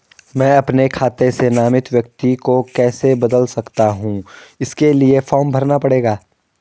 मैं अपने खाते से नामित व्यक्ति को कैसे बदल सकता हूँ इसके लिए फॉर्म भरना पड़ेगा?